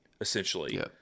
Essentially